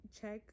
check